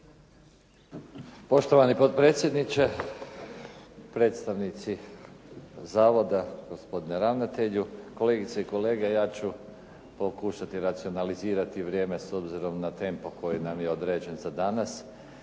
Poštovani potpredsjedniče, predstavnici zavoda, gospodine ravnatelju, kolegice i kolege. Ja ću pokušati racionalizirati vrijeme s obzirom na tempo koji nam je određen za danas.